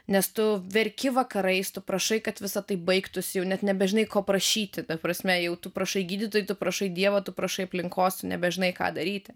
nes tu verki vakarais tu prašai kad visa tai baigtųsi jau net nebežinai ko prašyti ta prasme jau tu prašai gydytojų tu prašai dievo tu prašai aplinkos nebežinai ką daryti